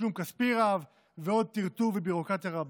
תשלום כספי רב ועוד טרטור וביורוקרטיה רבה.